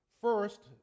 First